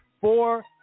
Four